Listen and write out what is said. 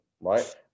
Right